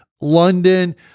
London